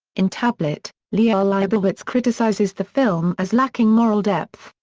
in tablet, liel liebowitz criticizes the film as lacking moral depth.